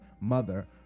mother